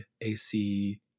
ac